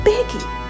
Biggie